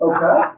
Okay